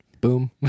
Boom